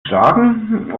tragen